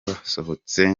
wasohotse